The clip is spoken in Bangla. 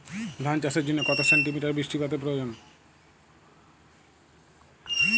ধান চাষের জন্য কত সেন্টিমিটার বৃষ্টিপাতের প্রয়োজন?